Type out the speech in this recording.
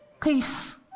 Peace